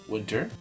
Winter